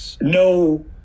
no